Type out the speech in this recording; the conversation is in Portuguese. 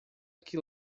que